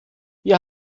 wir